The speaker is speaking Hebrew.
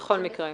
כן.